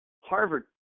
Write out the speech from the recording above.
Harvard